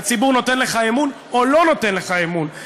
והציבור נותן לך אמון או לא נותן לך אמון,